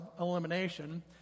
elimination